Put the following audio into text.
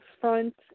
front